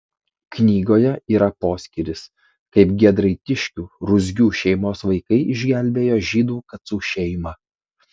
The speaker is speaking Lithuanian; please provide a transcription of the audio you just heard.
knygoje yra poskyris kaip giedraitiškių ruzgių šeimos vaikai išgelbėjo žydų kacų šeimą